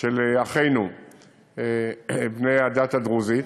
של אחינו בני הדת הדרוזית.